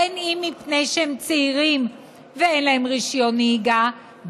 אם מפני שהם צעירים ואין להם רישיון נהיגה,